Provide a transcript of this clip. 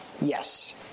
Yes